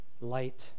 light